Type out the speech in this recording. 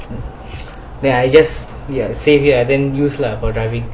then I just save and use lah for diving